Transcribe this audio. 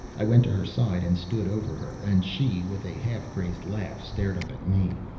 i went to her side and stood over her. and she, with a half crazed laugh, stared up at me.